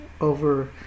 over